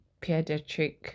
pediatric